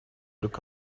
look